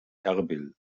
erbil